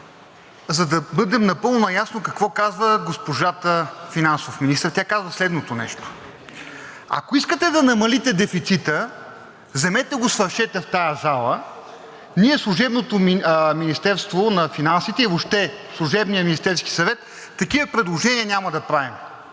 за да бъдем напълно наясно, какво казва госпожата финансов министър. Тя казва следното нещо: ако искате да намалите дефицита, вземете го свършете в тази зала, ние, служебното Министерство на финансите и въобще служебният Министерски съвет, такива предложения няма да правим.